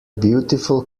beautiful